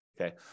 Okay